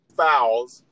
fouls